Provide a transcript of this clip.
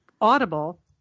Audible